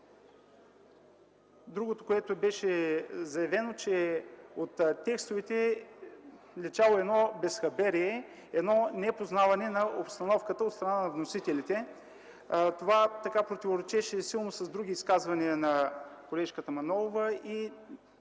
Другото, което беше заявено, че от текстовете личало едно безхаберие, едно непознаване на обстановката от страна на вносителите. Това противоречеше силно с други изказвания на колежката Манолова.